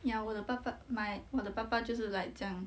yeah 我的爸爸 my 我的爸爸就是 like 这样